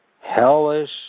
hellish